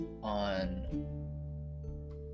On